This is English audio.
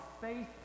faith